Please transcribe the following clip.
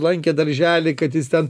lankė darželį kad jis ten